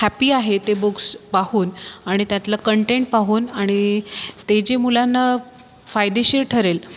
happy आहे ते books पाहून आणि त्यातलं कंटेंट पाहून आणि ते जे मुलांना फायदेशीर ठरेल